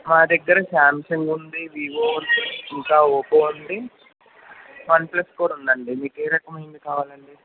మా దగ్గర స్యామ్సంగ్ ఉంది వివో ఉంది ఇంకా ఒపో ఉంది వన్ ప్లస్ కూడా ఉంది అండి మీకు ఏ రకమైనది కావాలి అండి